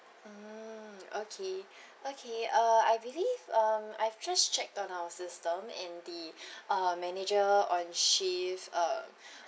mm okay okay uh I believe um I've just checked on our system and the uh manager on she's uh